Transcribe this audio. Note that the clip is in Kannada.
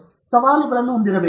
ಆದ್ದರಿಂದ ಅದು ಒಂದು ಸವಾಲು ಸರಿ